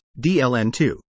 DLN2